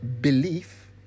belief